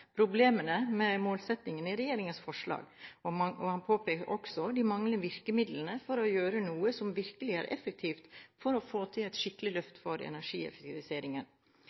problemene med målsettingene i regjeringens forslag, og han påpekte også de manglende virkemidlene for å gjøre noe som virkelig er effektivt for å få til et skikkelig løft for energieffektiviseringen.